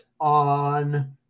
on